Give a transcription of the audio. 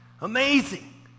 Amazing